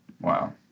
Wow